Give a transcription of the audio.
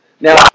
Now